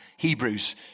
Hebrews